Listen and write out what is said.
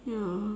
ya